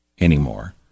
anymore